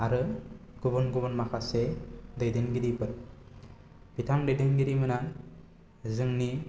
आरो गुबुन गुबुन माखासे दैदेनगिरिफोर बिथां दैदेनगिरिमोना जोंनि